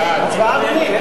בעד, הצבעה, אדוני.